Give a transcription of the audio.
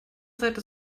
seite